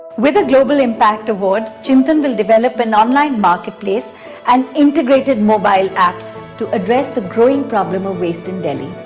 with a global impact award, chintan will develop an online marketplace and integrated mobile apps to address the growing problem of waste in delhi.